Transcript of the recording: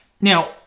Now